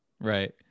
Right